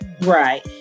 Right